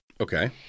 Okay